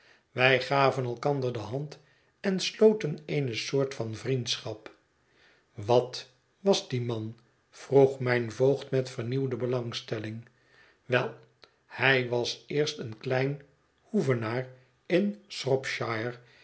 wij gaven elkander de hand en sloten eene soort van vriendschap wat was die man vroeg mijn voogd met vernieuwde belangstelling wel hij was eerst een klein hoevenaar in